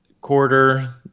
quarter